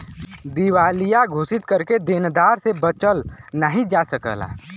दिवालिया घोषित करके देनदार से बचल नाहीं जा सकला